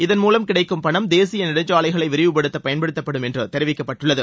இதன் மூலம் கிடைக்கும் பணம் தேசிய நெடுஞ்சாலைகளை விரிவுப்படுத்த பயன்படுத்தப்படும் என்று தெரிவிக்கப்பட்டுள்ளது